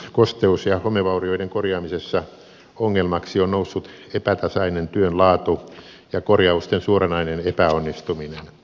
kosteus ja homevaurioiden korjaamisessa ongelmaksi on noussut epätasainen työnlaatu ja korjausten suoranainen epäonnistuminen